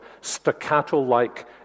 staccato-like